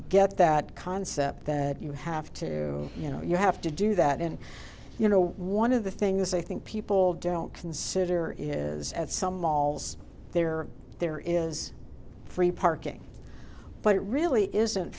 get that concept that you have to you know you have to do that and you know one of the things i think people don't consider is at some malls there there is free parking but it really isn't